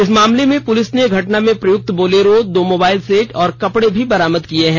इस मामले में पुलिस ने घटना में प्रयुक्त बोलेरो दो मोबाइल सेट और कपड़े भी बरामद किये हैं